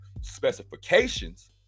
specifications